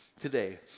today